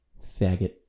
Faggot